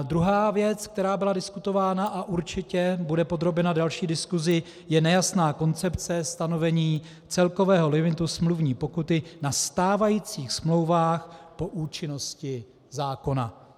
Druhá věc, která byla diskutována a určitě bude podrobena další diskusi, je nejasná koncepce stanovení celkového limitu smluvní pokuty na stávajících smlouvách po účinnosti zákona.